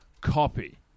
copy